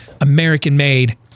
American-made